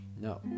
No